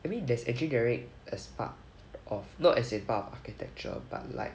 I mean there's engineering as part of not as in part of architecture but like